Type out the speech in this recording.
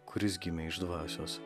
kuris gimė iš dvasios